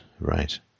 right